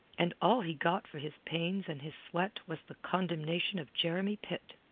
and all he got for his pains and his sweat was the condemnation of jeremy pitt.